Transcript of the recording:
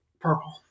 Purple